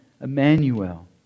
Emmanuel